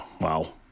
Wow